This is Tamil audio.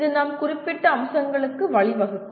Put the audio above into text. இது நாம் குறிப்பிட்ட அம்சங்களுக்கு வழிவகுக்கும்